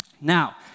Now